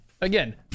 again